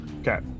Okay